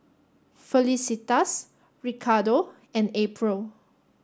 Felicitas Ricardo and April